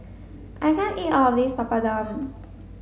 I can't eat all of this Papadum